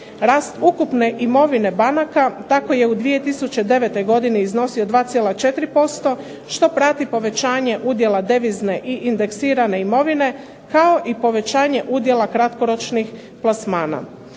Rast ukupne imovine banaka tako je u 2009. godini iznosio 2,4% što prati povećanje udjela devizne i indeksirane imovine kao i povećanje udjela kratkoročnih plasmana.